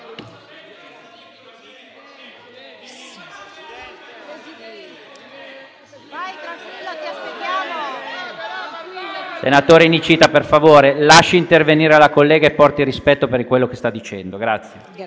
Senatore Nicita, per favore, lasci intervenire la collega e porti rispetto per quello che sta dicendo. Scusi,